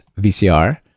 VCR